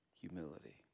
humility